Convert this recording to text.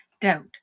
doubt